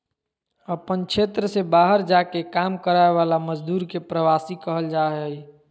अपन क्षेत्र से बहार जा के काम कराय वाला मजदुर के प्रवासी कहल जा हइ